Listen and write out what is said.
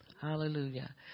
hallelujah